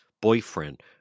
boyfriend